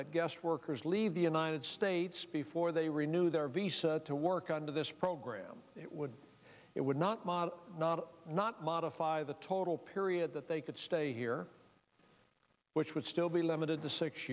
that guest workers leave the united states before they renew their visa to work under this program it would it would not model not modify the total period that they could stay here which would still be limited to six